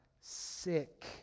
sick